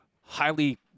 highly